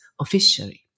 officially